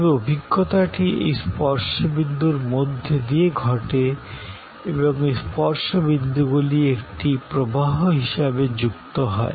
তবে অভিজ্ঞতাটি এই স্পর্শ বিন্দুর মধ্য দিয়ে ঘটে এবং এই স্পর্শ বিন্দুগুলি একটি প্রবাহ হিসাবে যুক্ত হয়